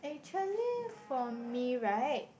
actually for me right